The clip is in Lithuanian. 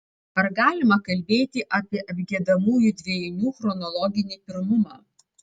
ar galima kalbėti apie apgiedamųjų dvejinių chronologinį pirmumą